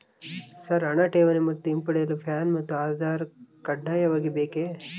Sir ಹಣ ಠೇವಣಿ ಮತ್ತು ಹಿಂಪಡೆಯಲು ಪ್ಯಾನ್ ಮತ್ತು ಆಧಾರ್ ಕಡ್ಡಾಯವಾಗಿ ಬೇಕೆ?